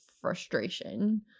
frustration